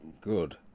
Good